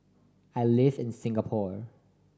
I live in Singapore